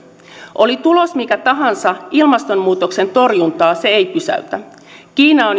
oli tulos mikä tahansa ilmastonmuutoksen torjuntaa se ei pysäytä kiina on